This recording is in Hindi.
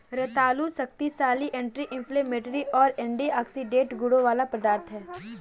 रतालू शक्तिशाली एंटी इंफ्लेमेटरी और एंटीऑक्सीडेंट गुणों वाला पदार्थ है